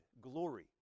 glory